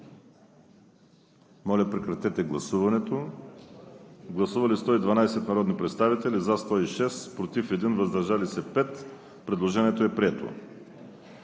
Моля, режим на гласуване. Гласували 110 народни представители: за 104, против 1, въздържали се 5. Предложението е прието.